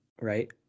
right